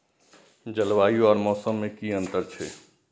जलवायु और मौसम में कि अंतर छै?